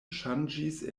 ŝanĝis